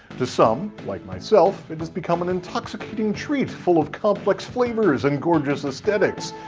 to some, like myself, it has become an intoxicating treat full of complex flavors and gorgeous aesthetics,